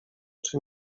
czy